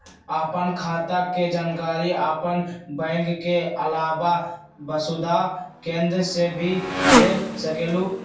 आपन खाता के जानकारी आपन बैंक के आलावा वसुधा केन्द्र से भी ले सकेलु?